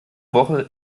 woche